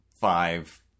five